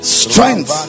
strength